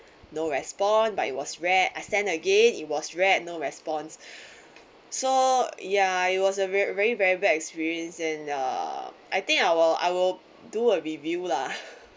no respond but it was read I send again it was read no response so ya it was a very very very bad experience and uh I think I will I will do a review lah